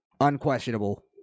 unquestionable